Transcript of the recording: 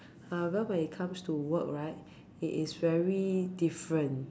however when it comes to work right he is very different